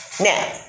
Now